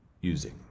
using